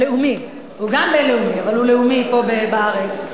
הוא גם בין-לאומי, אבל הוא לאומי פה בארץ.